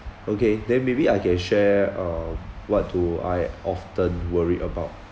okay then maybe I can share uh what do I often worry about